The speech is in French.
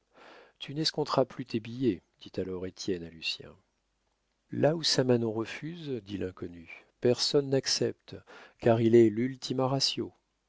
tu n'escompteras plus tes billets dit alors étienne à lucien là où samanon refuse dit l'inconnu personne n'accepte car il est l'ultima